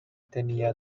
tenía